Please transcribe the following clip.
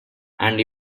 and